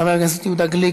חבר הכנסת יהודה גליק,